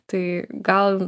tai gal